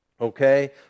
Okay